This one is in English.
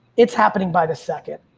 it's happening by the second.